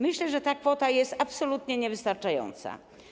Myślę, że ta kwota jest absolutnie niewystarczająca.